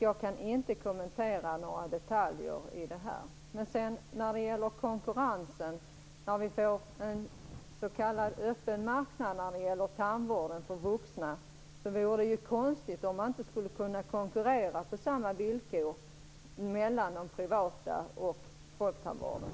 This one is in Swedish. Jag kan inte kommentera några detaljer. Så var det frågan om konkurrensen. När vi får en s.k. öppen marknad i fråga om tandvården för vuxna, vore det konstigt om man inte kunde konkurrera på samma villkor mellan privattandvården och folktandvården.